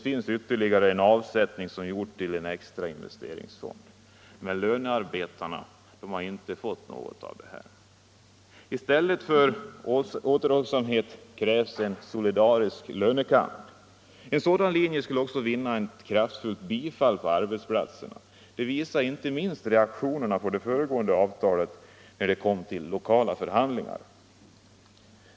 En ytterligare avsättning har gjorts till en extra investeringsfond. Men lönearbetarna har inte fått något av detta. I stället för återhållsamhet krävs en solidarisk lönekamp. En sådan linje skulle också vinna ett kraftfullt bifall från arbetsplatserna. Det visar inte minst reaktionerna på det föregående avtalet, när det kom till lokala förhandlingar.